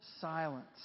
silence